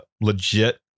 legit